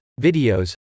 videos